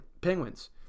Penguins